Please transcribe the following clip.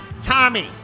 Tommy